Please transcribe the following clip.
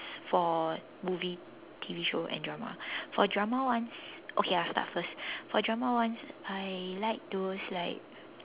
for movie T_V show and drama for drama ones okay I'll start first for drama ones I like those like